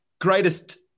Greatest